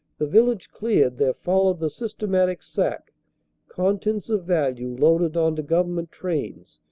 the village cleared, there followed the systematic sack con tents of value loaded on to government trains,